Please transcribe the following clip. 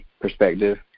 perspective